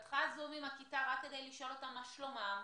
פתחה זום עם הכיתה רק כדי לשאול אותם מה שלומם.